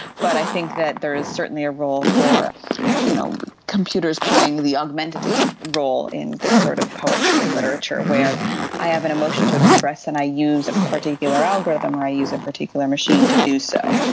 but i think that there is certainly a role for you know computers playing the augmentative role in this sort of poetry and literature where i have an emotion to express and i use a particular algorithm or i use a particular machine to do so,